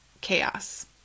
chaos